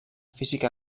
física